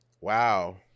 Wow